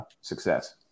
success